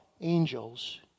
angels